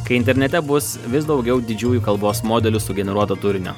kai internete bus vis daugiau didžiųjų kalbos modelių sugeneruoto turinio